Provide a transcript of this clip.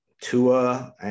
Tua